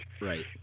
Right